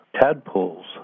Tadpoles